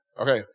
Okay